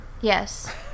yes